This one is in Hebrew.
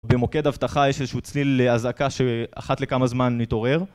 במוקד אבטחה יש איזשהו צליל אזעקה שאחת לכמה זמן מתעורר